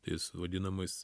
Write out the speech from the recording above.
tais vadinamais